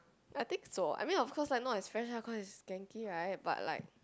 I think so I mean of course lah not expensive cause is Genki right is but like